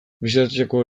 bisitatzeko